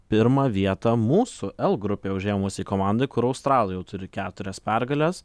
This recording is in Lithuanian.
pirmą vietą mūsų l grupėje užėmusiai komandai kur australai jau turi keturias pergales